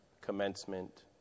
commencement